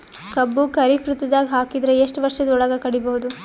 ಕಬ್ಬು ಖರೀಫ್ ಋತುದಾಗ ಹಾಕಿದರ ಎಷ್ಟ ವರ್ಷದ ಒಳಗ ಕಡಿಬಹುದು?